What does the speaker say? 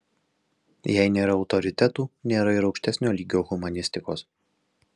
jei nėra autoritetų nėra ir aukštesnio lygio humanistikos